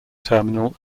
terminal